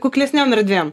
kuklesnėm erdvėm